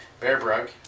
Bearbrug